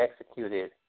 executed